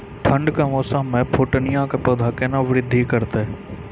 ठंड के मौसम मे पिटूनिया के पौधा केना बृद्धि करतै?